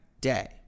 day